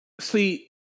See